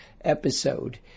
Episode